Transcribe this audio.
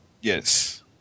Yes